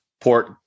port